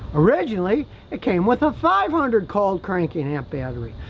originally it came with a five hundred cold cranking amp battery,